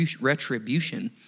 retribution